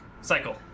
cycle